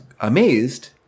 amazed